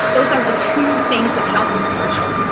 those are the two things of house of social.